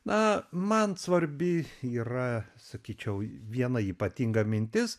na man svarbi yra sakyčiau viena ypatinga mintis